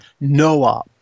Noah